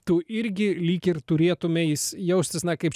tu irgi lyg ir turėtumei jaustis na kaip